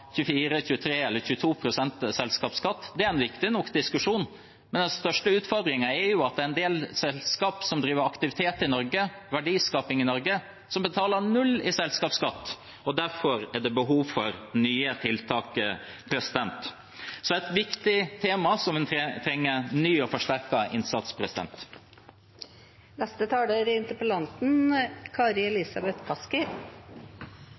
24, 23 eller 22 pst. selskapsskatt. Det er en viktig nok diskusjon, men den største utfordringen er jo at en del selskaper som har aktivitet og bedriver verdiskaping i Norge, betaler null i selskapsskatt. Derfor er det behov for nye tiltak. Dette er et viktig tema som trenger en ny og forsterket innsats. Jeg stiller meg bak det som mine medrepresentanter har understreket her, at det er